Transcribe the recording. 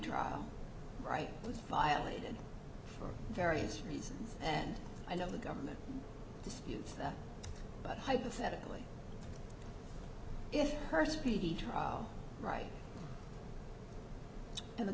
trial right violated for various reasons and i know the government disputes that but hypothetically if her speedy trial right and the